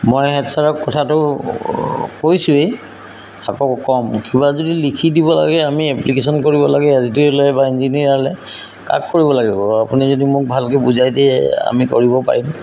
মই হেড ছাৰক কথাটো কৈছোঁৱেই আকৌ ক'ম কিবা যদি লিখি দিব লাগে আমি এপ্লিকেশ্যন কৰিব লাগে এছ ডি অ' লৈ বা ইঞ্জিনিয়াৰলৈ কাক কৰিব লাগিব বাৰু আপুনি যদি মোক ভালকৈ বুজাই দিয়ে আমি কৰিব পাৰিম